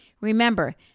Remember